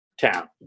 town